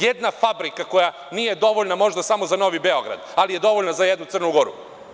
Jedna fabrika koja nije dovoljna možda samo za Novi Beograd, ali je dovoljna za jednu Crnu Goru.